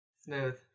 Smooth